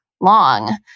long